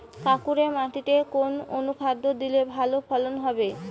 কাঁকুরে মাটিতে কোন অনুখাদ্য দিলে ভালো ফলন হবে?